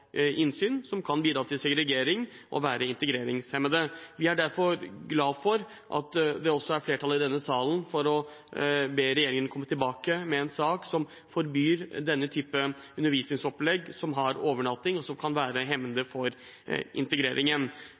innsyn, som kan bidra til segregering og være integreringshemmende. Vi er derfor glad for at det også er flertall i denne salen for å be regjeringen komme tilbake med en sak som forbyr denne typen undervisningsopplegg som har overnatting, og som kan være hemmende for integreringen.